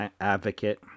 advocate